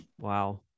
Wow